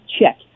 check